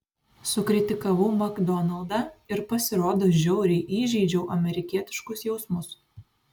sukritikavau makdonaldą ir pasirodo žiauriai įžeidžiau amerikietiškus jausmus